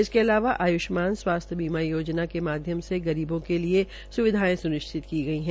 इसके अलावा आयुष्मान स्वास्थ्य बीमा योजना के माध्म से गरीबों के लिए सुविधायें सुनिश्चित की गई है